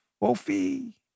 Wolfie